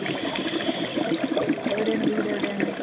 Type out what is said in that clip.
ഇരുപത്തൊമ്പത് വയസ്സായി okay okay എവിടെയാണ് വീടെവിടെയാണ്